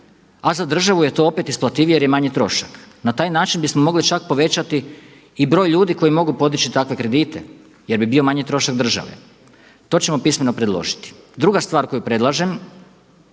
a za državu je to opet isplativije jer je manji trošak. Na taj način bismo mogli čak povećati i broj ljudi koji mogu podići takve kredite jer bi bio manji trošak države. To ćemo pismeno predložiti. Druga stvar koju predlažem,